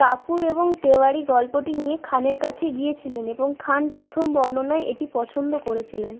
কাপুর এবং তিওয়ারি গল্পটি নিয়ে খানের কাছে গিয়েছিলেন এবং খান প্রথম বর্ণনায় এটি পছন্দ করেছিলেন